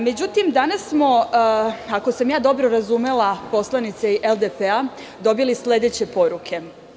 Međutim, danas smo, ako sam ja dobro razumela poslanike LDP, dobili sledeće poruke.